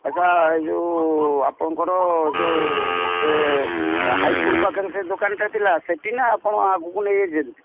ଆଚ୍ଛା ଏ ଯେଉଁ ଆପଣଙ୍କର ଯେଉଁ ସେ ହାଇସ୍କୁଲ ପାଖରେ ସେ ଦୋକାନଟା ଥିଲା ସେଠି ନା ଆପଣ ଆଗକୁ ନେଇଯାଇଛନ୍ତି